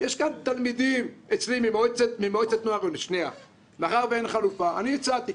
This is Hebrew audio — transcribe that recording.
יש כאן תלמידים אצלי ממועצת נוער מאחר שאין חלופה הצעתי,